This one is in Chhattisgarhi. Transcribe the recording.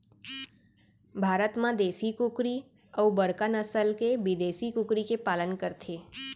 भारत म देसी कुकरी अउ बड़का नसल के बिदेसी कुकरी के पालन करथे